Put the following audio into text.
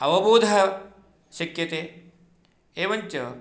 अवबोधः शक्यते एवञ्च